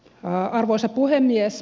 arvoisa puhemies